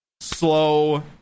Slow